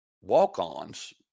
walk-ons